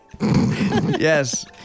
Yes